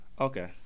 Okay